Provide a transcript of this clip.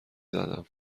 زدم